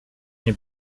nie